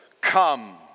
come